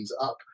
up